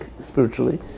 spiritually